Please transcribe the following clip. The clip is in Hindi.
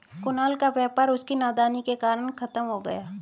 कुणाल का व्यापार उसकी नादानी के कारण खत्म हो गया